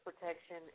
protection